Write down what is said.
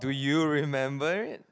do you remember it